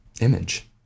image